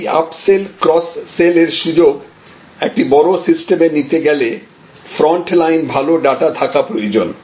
এই up sell cross sell এর সুযোগ একটি বড় সিস্টেমে নিতে গেলে ফ্রন্টলাইনে ভালো ডাটা থাকা প্রয়োজন